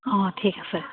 অঁ ঠিক আছে